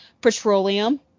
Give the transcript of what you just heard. Petroleum